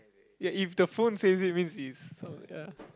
ya if the phone says it means he's so ya